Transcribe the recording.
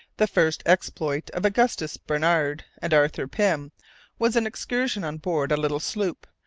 the first exploit of augustus barnard and arthur pym was an excursion on board a little sloop,